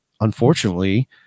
unfortunately